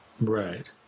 right